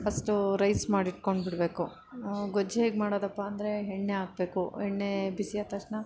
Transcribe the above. first rice ಮಾಡಿಟ್ಕೊಂಡ್ಬಿಡ್ಬೇಕು ಗೊಜ್ಜು ಹೇಗೆ ಮಾಡೋದಪ್ಪ ಅಂದರೆ ಎಣ್ಣೆ ಹಾಕಬೇಕು ಎಣ್ಣೆ ಬಿಸಿಯಾದ ತಕ್ಷಣ